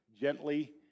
gently